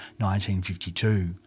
1952